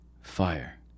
fire